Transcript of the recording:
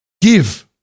give